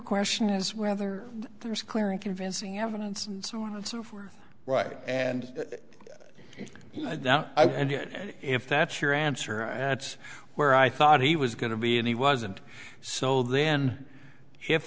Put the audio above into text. question is whether there's clear and convincing evidence and so on and so forth right and now if that's your answer at where i thought he was going to be and he wasn't so then if